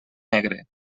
negre